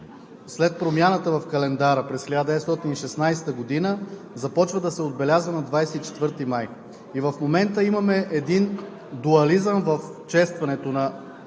след промяната в календара през 1916 г., започва да се отбелязва на 24 май. В момента имаме един дуализъм в честването на